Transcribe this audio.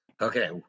Okay